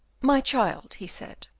my child, he said,